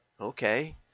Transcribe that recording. Okay